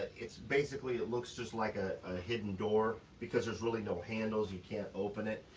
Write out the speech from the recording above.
it's basically, it looks just like a hidden door, because there's really no handles, you can't open it.